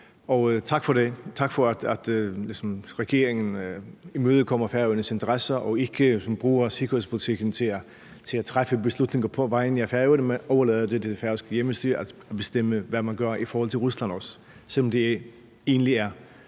Tak for det, tak for, at regeringen imødekommer Færøernes interesser og ikke sådan bruger sikkerhedspolitikken til at træffe beslutninger på vegne af Færøerne, men overlader det til det færøske hjemmestyre at bestemme, hvad man gør, også i forhold til Rusland, selv om det egentlig er